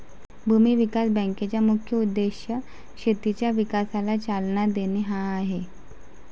भूमी विकास बँकेचा मुख्य उद्देश शेतीच्या विकासाला चालना देणे हा आहे